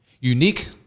Unique